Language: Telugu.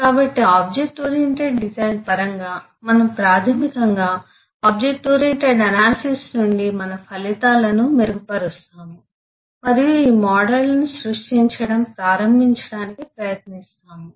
కాబట్టి ఆబ్జెక్ట్ ఓరియెంటెడ్ డిజైన్ పరంగా మనము ప్రాథమికంగా ఆబ్జెక్ట్ ఓరియెంటెడ్ అనాలిసిస్ నుండి మన ఫలితాలను మెరుగుపరుస్తాము మరియు ఈ మోడళ్లను సృష్టించడం ప్రారంభించడానికి ప్రయత్నిస్తాము